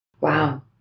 wow